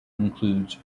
includes